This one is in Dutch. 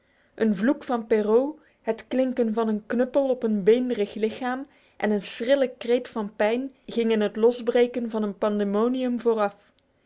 een vloek van perrault het klinken van een knuppel op een beenderig lichaam en een schrille kreet van pijn gingen het losbreken van een pandemonium vooraf